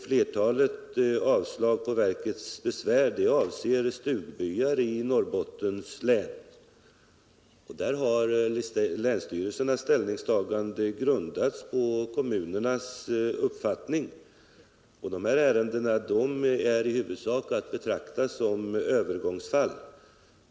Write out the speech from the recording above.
Flertalet avslag på verkets besvär avser stugbyar i Norrbottens län. Där har länsstyrelsens ställningstagande grundats på kommunernas uppfattning, och de här ärendena är i huvudsak att betrakta som övergångsfall.